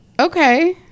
Okay